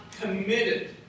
committed